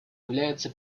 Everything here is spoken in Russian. являются